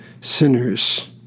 sinners